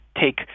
take